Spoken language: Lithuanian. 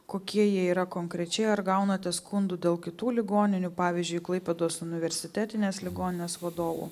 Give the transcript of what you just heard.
kokie jie yra konkrečiai ar gaunate skundų dėl kitų ligoninių pavyzdžiui klaipėdos universitetinės ligoninės vadovų